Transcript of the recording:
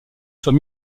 soit